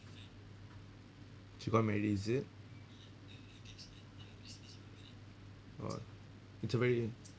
she got married is it orh it's a very